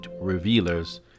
revealers